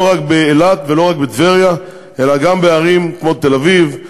לא רק באילת ולא רק בטבריה אלא גם בערים כמו תל-אביב,